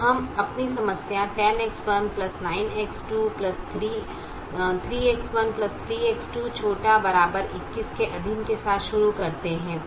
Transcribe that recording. तो हम अपनी समस्या 10X1 9X2 3X1 3X2 ≤ 21के अधीन के साथ शुरू करते हैं